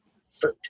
food